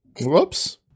Whoops